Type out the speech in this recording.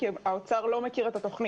כי משרד האוצר לא מכיר את התוכנית.